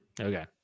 Okay